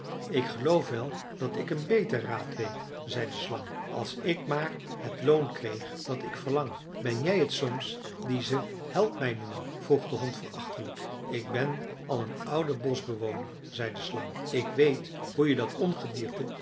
ik geloof wel dat ik een beter raad weet zei de slang als ik maar het loon kreeg dat ik verlang ben jij t soms die ze helpmij noemen vroeg de hond verachtelijk ik ben al een oude boschbewoner zei de slang ik weet hoe je dat ongedierte